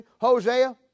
Hosea